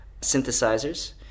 synthesizers